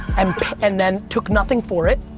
um and then took nothing for it.